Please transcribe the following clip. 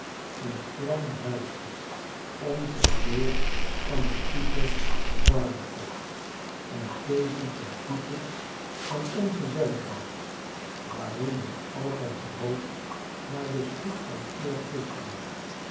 een klein huisje ongeveer van het type barnacle en tevens een type van ongezelligheid waarin het altijd rook haar de soep van eergisteren